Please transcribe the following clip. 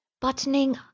Buttoning